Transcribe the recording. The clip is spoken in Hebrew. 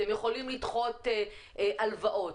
אתם יכולים לדחות הלוואות',